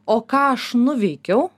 o ką aš nuveikiau